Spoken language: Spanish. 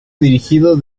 dirigido